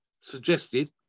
suggested